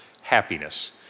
happiness